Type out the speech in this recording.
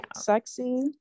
sexy